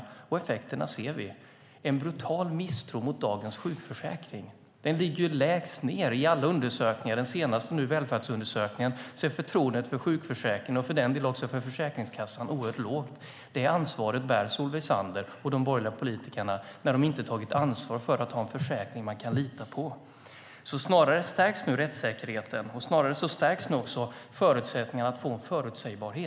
Vi ser effekterna av detta, nämligen en brutal misstro mot dagens sjukförsäkring. Den ligger lägst ned i alla undersökningar. I den senaste, välfärdsundersökningen, är förtroendet för sjukförsäkringen, och för den delen också för Försäkringskassan, oerhört lågt. Det ansvaret bär Solveig Zander och de borgerliga politikerna eftersom de inte har tagit ansvar för att ha en försäkring som man kan lita på. Snarare stärks nu rättssäkerheten, och snarare stärks också förutsättningarna att få förutsägbarhet.